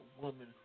woman